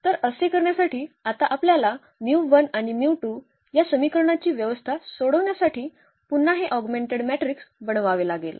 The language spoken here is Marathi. तर असे करण्यासाठी आता आपल्याला आणि या समीकरणाची व्यवस्था सोडवण्यासाठी पुन्हा हे ऑगमेंटेड मेट्रिक्स बनवावे लागेल